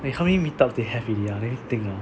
eh how many meet ups they have already ah let me think ah